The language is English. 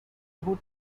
who